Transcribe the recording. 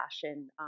fashion